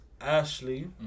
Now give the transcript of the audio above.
Ashley